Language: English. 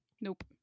Nope